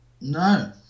No